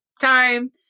Time